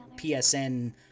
PSN